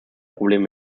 probleme